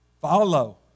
Follow